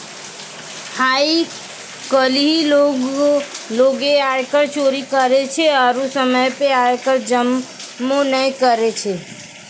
आइ काल्हि लोगें आयकर चोरी करै छै आरु समय पे आय कर जमो नै करै छै